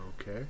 Okay